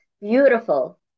beautiful